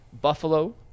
Buffalo